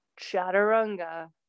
Chaturanga